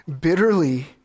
bitterly